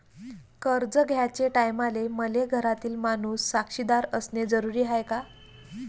कर्ज घ्याचे टायमाले मले घरातील माणूस साक्षीदार असणे जरुरी हाय का?